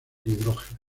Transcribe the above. hidrógeno